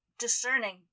discerning